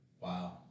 Wow